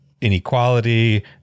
inequality